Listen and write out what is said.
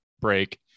break